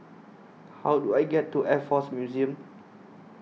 How Do I get to Air Force Museum